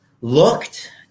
looked